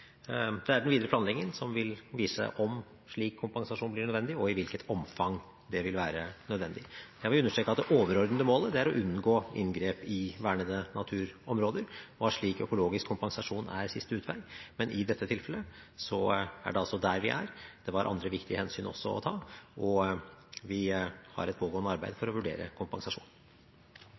Det er den videre planleggingen som vil vise om slik kompensasjon blir nødvendig, og i hvilket omfang det vil være nødvendig. Jeg vil understreke at det overordnede målet er å unngå inngrep i vernede naturområder, og at slik økologisk kompensasjon er siste utvei. Men i dette tilfellet er det altså der vi er. Det var andre viktige hensyn å ta også, og vi har et pågående arbeid for å vurdere kompensasjon.